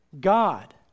God